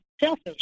selfish